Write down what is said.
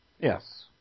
Yes